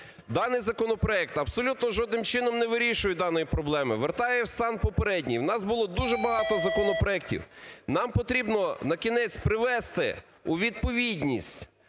Даний законопроект абсолютно жодним чином не вирішує даної проблеми, вертає в стан попередній. У нас було дуже багато законопроектів, нам потрібно на кінець привести у відповідність